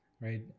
right